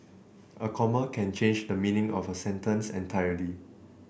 a comma can change the meaning of a sentence entirely